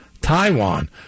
Taiwan